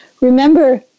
Remember